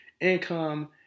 income